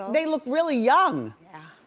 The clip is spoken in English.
they look really young. yeah.